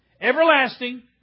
Everlasting